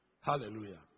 Hallelujah